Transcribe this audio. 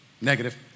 negative